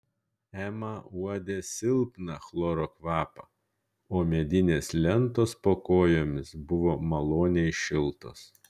ema uodė silpną chloro kvapą o medinės lentos po kojomis buvo maloniai šiltos